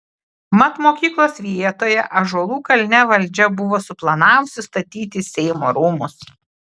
mat mokyklos vietoje ąžuolų kalne valdžia buvo suplanavusi statyti seimo rūmus